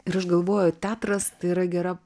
ir aš galvoju teatras tai yra gera